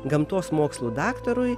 gamtos mokslų daktarui